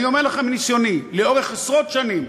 אני אומר לכם מניסיוני לאורך עשרות שנים,